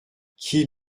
qu’il